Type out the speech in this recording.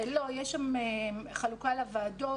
יש שם חלוקה לוועדות.